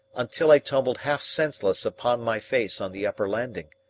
until i tumbled half senseless upon by face on the upper landing.